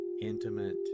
intimate